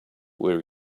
where